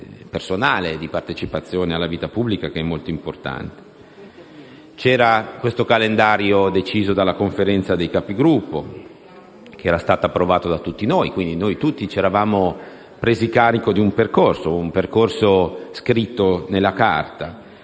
di partecipazione alla vita pubblica che è molto importante. C'era questo calendario, deciso dalla Conferenza dei Capigruppo, approvato da tutti noi. Noi tutti, dunque, ci eravamo presi carico di un percorso scritto nella carta.